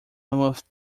mammoth